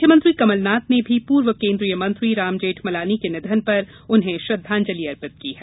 मुख्यमंत्री कमलनाथ ने भी पूर्व केन्द्रीय मंत्री राम जेठमलानी के निधन पर श्रद्दांजलि अर्पित की है